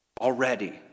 already